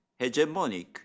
hegemonic